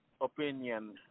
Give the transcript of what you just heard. opinion